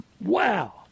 Wow